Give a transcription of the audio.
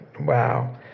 Wow